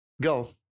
Go